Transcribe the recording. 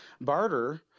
Barter